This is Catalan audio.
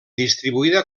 distribuïda